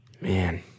Man